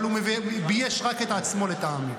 אבל הוא בייש רק את עצמו לטעמי.